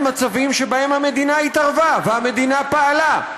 מצבים שבהם המדינה התערבה והמדינה פעלה,